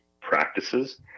practices